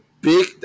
big